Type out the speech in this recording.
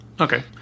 Okay